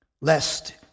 lest